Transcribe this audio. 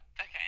okay